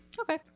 Okay